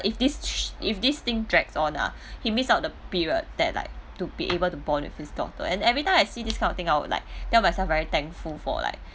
if s~ if this thing drags on lah he miss out the period that like to be able to bond with his daughter and every time I see this kind of thing I will like tell myself very thankful for like